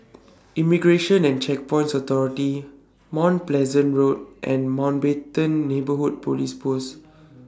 Immigration and Checkpoints Authority Mount Pleasant Road and Mountbatten Neighbourhood Police Post